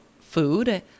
food